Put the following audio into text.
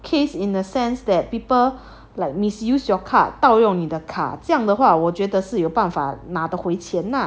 case in the sense that people like misuse your card 盗用你的卡这样的话我觉得是有办法拿得回钱呐